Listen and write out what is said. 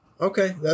Okay